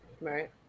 right